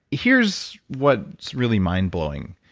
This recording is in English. here's what's really mind-blowing.